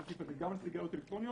הסעיף הזה גם על סיגריות אלקטרוניות,